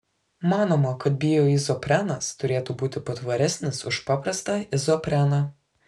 manoma kad bioizoprenas turėtų būti patvaresnis už paprastą izopreną